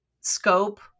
scope